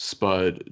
Spud